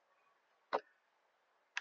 and